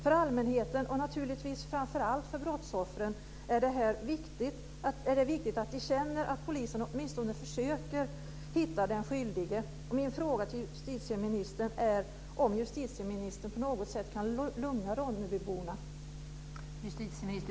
För allmänheten, och naturligtvis framför allt för brottsoffren, är det viktigt att man känner att polisen åtminstone försöker hitta den skyldige.